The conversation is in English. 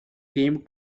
came